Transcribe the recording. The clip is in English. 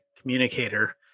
communicator